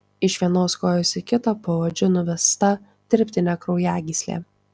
iš vienos kojos į kitą paodžiu nuvesta dirbtinė kraujagyslė